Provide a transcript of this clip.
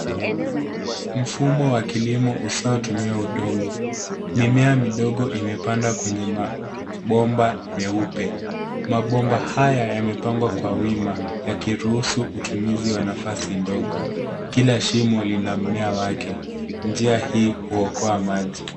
Mfumo wa kilimo usiotumia udongo. Mimea midogo imepandwa kwenye mabomba meupe. Mabomba haya yamepangwa kwa wima yakiruhusu utumizi wa nafasi ndogo. Kila shimo lina mmea wake. Njia hii huokoa maji.